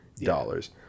dollars